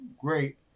great